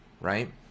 right